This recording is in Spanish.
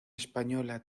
española